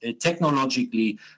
technologically